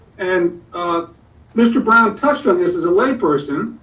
and mr. brown touched on this as a lay person